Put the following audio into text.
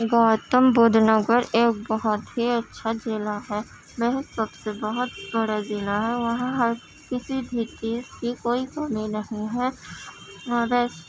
گوتم بدھ نگر ایک بہت ہی اچھا ضلع ہے وہ سب سے بہت بڑا ضلع ہے وہاں ہر کسی بھی چیز کی کوئی کمی نہیں ہے وہاں بس